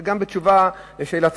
זה גם בתשובה על שאלתך,